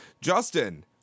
Justin